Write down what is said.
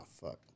fuck